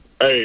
hey